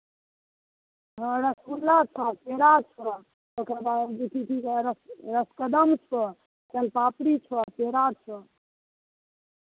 हँ रसगुल्ला छह पेड़ा छह ओकर बाद की कहै छै र रसकदम छह सोनपापड़ी छह पेड़ा छह